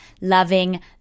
loving